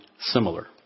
similar